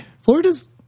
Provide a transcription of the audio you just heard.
Florida's